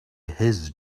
his